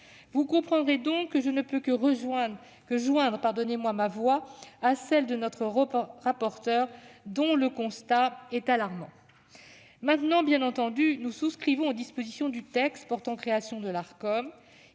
Vous comprendrez donc que je ne puisse que joindre ma voix à celle de notre rapporteur, dont le constat est alarmant. Bien entendu, nous souscrivons aux dispositions du texte portant création de l'Arcom.